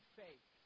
faith